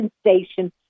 Station